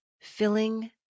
filling